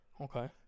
Okay